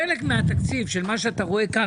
חלק מהתקציב של מה שאתה רואה כאן,